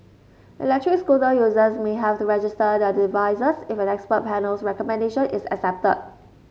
electric scooter users may have to register their devices if an expert panel's recommendation is accepted